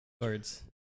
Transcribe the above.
Cards